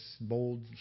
bold